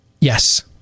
Yes